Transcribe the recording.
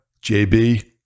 jb